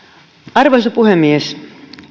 arvoisa puhemies